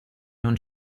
non